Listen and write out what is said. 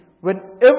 whenever